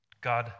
God